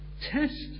test